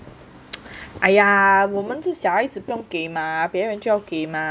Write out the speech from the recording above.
哎呀我们这小孩子不用给吗别人就要给吗